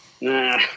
Nah